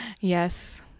Yes